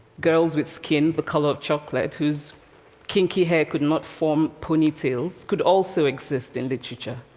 girls with skin the color of chocolate, whose kinky hair could not form ponytails, could also exist in literature.